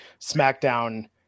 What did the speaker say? SmackDown